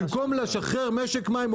במקום לשחרר משק מים,